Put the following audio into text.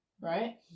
right